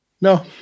no